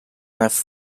left